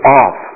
off